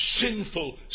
sinful